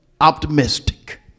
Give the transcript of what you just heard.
optimistic